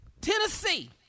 Tennessee